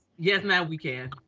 yes, now we can.